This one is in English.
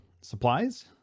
supplies